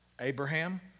Abraham